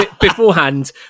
beforehand